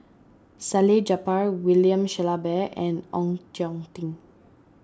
Salleh Japar William Shellabear and Ong Tjoe Tim